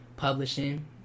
Publishing